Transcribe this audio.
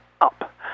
up